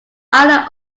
island